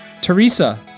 Teresa